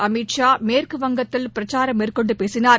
அமித்ஷா மேற்குவங்கத்தில் பிரச்சாரம் மேற்கொண்டு பேசினார்